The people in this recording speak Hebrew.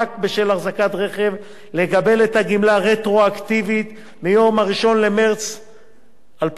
בשל אחזקת רכב לקבל את הגמלה רטרואקטיבית מיום 1 במרס 2012,